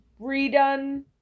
redone